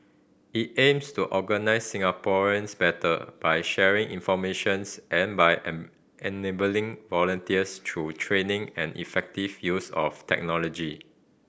it aims to organise Singaporeans better by sharing information and by enabling volunteers through training and effective use of technology